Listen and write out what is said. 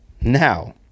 now